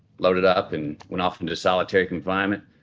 loaded up and went off into solitary confinement.